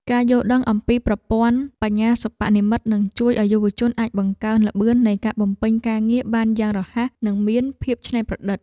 ការយល់ដឹងអំពីប្រព័ន្ធបញ្ញាសិប្បនិម្មិតនឹងជួយឱ្យយុវជនអាចបង្កើនល្បឿននៃការបំពេញការងារបានយ៉ាងរហ័សនិងមានភាពច្នៃប្រឌិត។